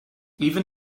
even